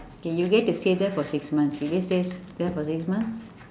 okay you get to stay there for six months you get to stay there for six months